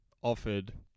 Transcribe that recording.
offered